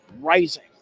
rising